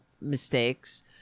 mistakes